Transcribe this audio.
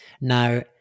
now